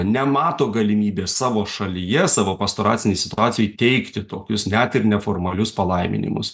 nemato galimybės savo šalyje savo pastoracinėj situacijoj teikti tokius net ir neformalius palaiminimus